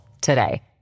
today